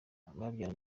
abana